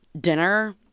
dinner